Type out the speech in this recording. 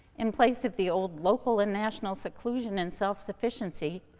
in place of the old local and national seclusion and self-sufficiency,